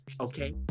Okay